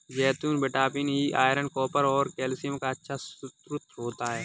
जैतून vitamin E, iron, copper और calcium का अच्छा स्रोत हैं